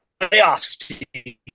playoffs